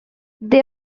they